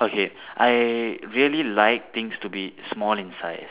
okay I really like things to be small in size